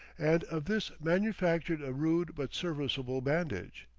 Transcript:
and of this manufactured a rude but serviceable bandage.